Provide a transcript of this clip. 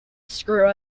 screw